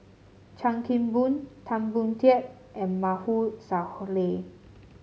Chan Kim Boon Tan Boon Teik and Maarof Salleh